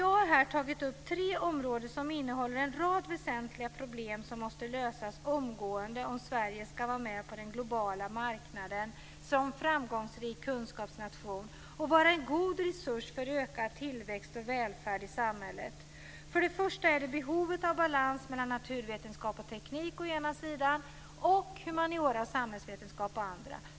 Jag har här tagit upp tre områden som innehåller en rad väsentliga problem som måste lösas omgående om Sverige ska vara med på den globala marknaden som framgångsrik kunskapsnation och vara en god resurs för ökad tillväxt och välfärd i samhället. För det första är det behovet av balans mellan naturvetenskap och teknik å ena sidan och humaniora och samhällsvetenskap å andra sidan.